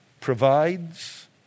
provides